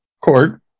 court